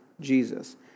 Jesus